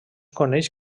coneix